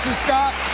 scott